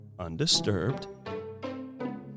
Undisturbed